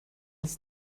ist